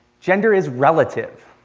gender is relative.